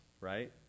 right